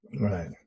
Right